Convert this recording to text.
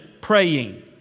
praying